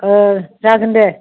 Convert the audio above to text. अ जागोन दे